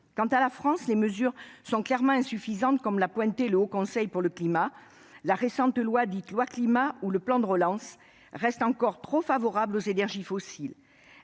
par la France, elles sont clairement insuffisantes comme l'a pointé le Haut Conseil pour le climat. La récente loi Climat et résilience ou le plan de relance restent trop favorables aux énergies fossiles.